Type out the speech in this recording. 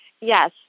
Yes